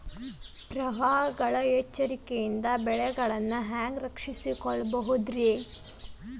ಪ್ರವಾಹಗಳ ಎಚ್ಚರಿಕೆಯಿಂದ ಬೆಳೆಗಳನ್ನ ಹ್ಯಾಂಗ ರಕ್ಷಿಸಿಕೊಳ್ಳಬಹುದುರೇ?